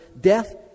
death